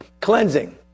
cleansing